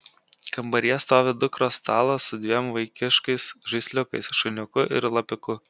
kambaryje stovi dukros stalas su dviem vaikiškais žaisliukais šuniuku ir lapiuku